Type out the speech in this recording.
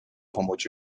помочь